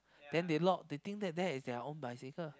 then they lock they think that that is their own bicycle